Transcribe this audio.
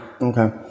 Okay